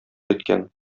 иткән